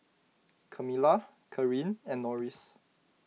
Kamilah Kareen and Norris